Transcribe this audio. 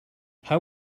how